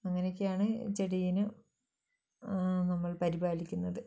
അനങ്ങനെയൊക്കെയാണ് ചെടീനെ നമ്മൾ പരിപാലിക്കുന്നത്